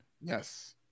Yes